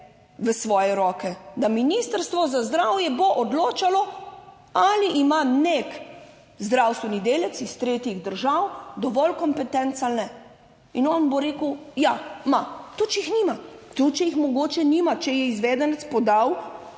v svoje roke? Da Ministrstvo za zdravje bo odločalo. Ali ima nek zdravstveni delavec iz tretjih držav dovolj kompetenc ali ne? In on bo rekel, ja, ima, tudi če jih nima, tudi če jih mogoče nima, če je izvedenec podal